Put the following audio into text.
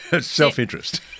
Self-interest